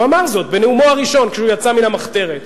הוא אמר זאת בנאומו הראשון, כשהוא יצא מן המחתרת.